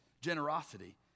generosity